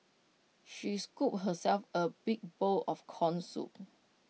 she scooped herself A big bowl of Corn Soup